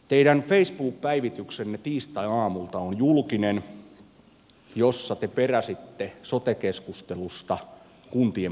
teidän facebook päivityksenne tiistaiaamulta jossa te peräsitte sote keskustelusta kuntien puolustajia on julkinen